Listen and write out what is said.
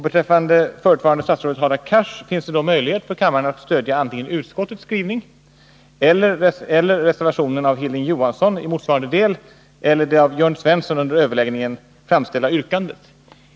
Beträffande förutvarande statsrådet Hadar Cars finns det då möjlighet för kammaren att stödja antingen utskottets skrivning eller reservationen av Hilding Johansson i motsvarande del eller det av Jörn Svensson under överläggningen framställda yrkandet.